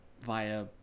via